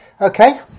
Okay